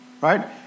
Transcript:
right